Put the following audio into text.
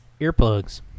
earplugs